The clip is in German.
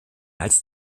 als